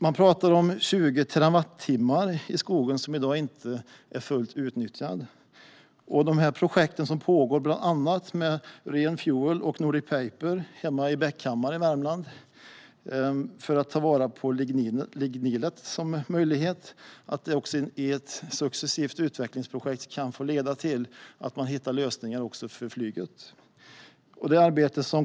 Man pratar om 20 terawattimmar från skogen som inte är fullt utnyttjade i dag. Det pågår projekt, bland annat Renfuel och Nordic paper, hemma i Bäckhammar i Värmland för att ta vara på ligninet. Ett successivt utvecklingsprojekt kan leda till att man hittar lösningar också för flyget.